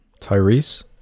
Tyrese